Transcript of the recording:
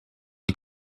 les